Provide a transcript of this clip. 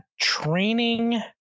training